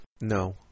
No